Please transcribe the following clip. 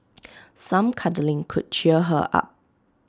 some cuddling could cheer her up